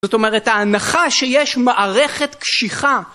זאת אומרת ההנחה שיש מערכת קשיחה